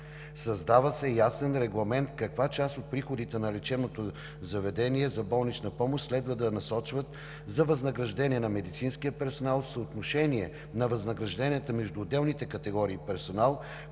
Създава се ясен регламент каква част от приходите на лечебното заведение за болнична помощ следва да се насочват за възнаграждение на медицинския персонал в съотношение на възнагражденията между отделните категории персонал,